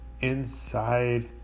inside